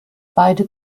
beide